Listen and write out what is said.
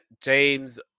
James